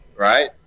Right